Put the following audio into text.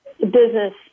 business